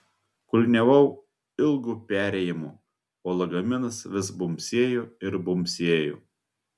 kulniavau ilgu perėjimu o lagaminas vis bumbsėjo ir bumbsėjo